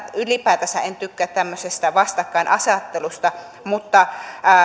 ylipäätänsä en tykkää tämmöisestä vastakkainasettelusta mutta